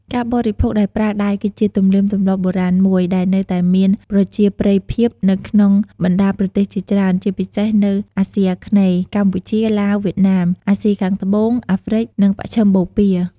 ការបរិភោគដោយប្រើដៃគឺជាទំនៀមទម្លាប់បុរាណមួយ ដែលនៅតែមានប្រជាប្រិយភាពនៅក្នុងបណ្តាប្រទេសជាច្រើន ជាពិសេសនៅ អាស៊ីអាគ្នេយ៍ (កម្ពុជា ឡាវ វៀតណាម...) អាស៊ីខាងត្បូង អាហ្រ្វិក និងមជ្ឈិមបូព៌ា។